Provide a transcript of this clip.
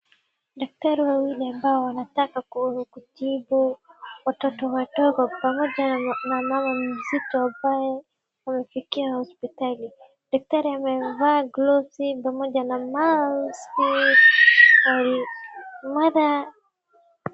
Daktari wawili ambao wanataka kutibu watoto wadogo pamoja na mama mzito pale kuafikiia hospitali. Daktari amevaa gloves pamoja na mask .